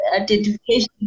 identification